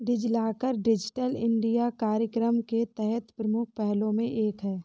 DigiLocker digital India कार्यक्रम के तहत प्रमुख पहलों में से एक है